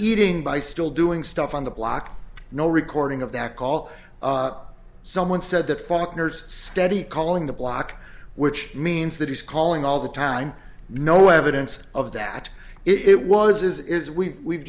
eating by still doing stuff on the block no recording of that call someone said that faulkner's steady calling the block which means that he's calling all the time no evidence of that it was is is we we we